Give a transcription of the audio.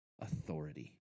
authority